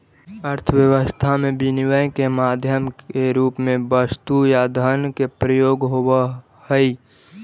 अर्थव्यवस्था में विनिमय के माध्यम के रूप में वस्तु या धन के प्रयोग होवऽ हई